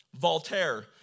Voltaire